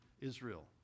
Israel